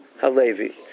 Halevi